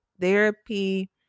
therapy